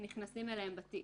נכנסים אליהם בתיק,